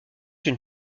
une